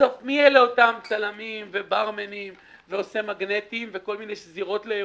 בסוף מי הם אותם צלמים וברמנים ועושי מגנטים וכל מיני שזירות לאירועים?